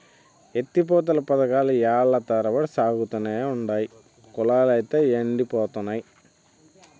ఎత్తి పోతల పదకాలు ఏల్ల తరబడి సాగతానే ఉండాయి, కయ్యలైతే యెండిపోతున్నయి